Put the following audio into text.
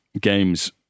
games